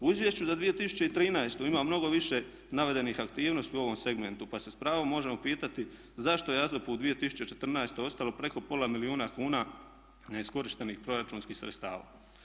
U izvješću za 2013.ima mnogo više navedenih aktivnosti u ovom segmentu, pa se s pravom možemo pitati zašto je AZOP u 2014.ostalo preko pola milijuna kuna neiskorištenih proračunskih sredstava.